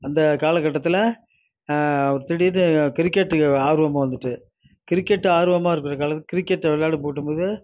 அந்த காலக்கட்டத்தில் திடீர்ன்னு கிரிக்கெட்டுக்கு ஆர்வமும் வந்துவிட்டு கிரிக்கெட் ஆர்வமாக இருக்கிற காலக்கட் கிரிக்கெட்டை விளாட போட்டம்போது